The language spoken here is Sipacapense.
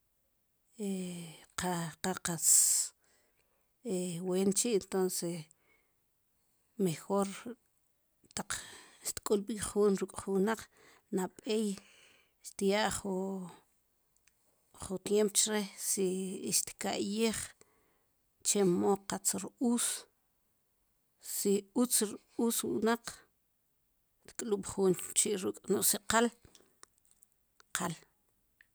qa qa qatz wenchi' entonce mejor taq tk'ulb'ik jun ruk' ju wnaq nab'ey xtya' ju jun tiemp chre' si xka'yij chemo qatz r-uus si utz r-uus wnaq tk'lub' jun chi ruuk' no si qal qal